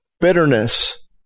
bitterness